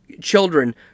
children